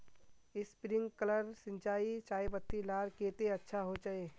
Sprinkler सिंचाई चयपत्ति लार केते अच्छा होचए?